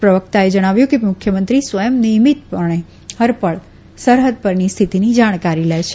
પ્રવકતાએ જણાવ્યું કે મુખ્યમંત્રી સ્વયં નિયમિતપણે હરપળ સરહદ પરની હ્ય્થતિની જાણકારી લે છે